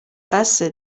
بسه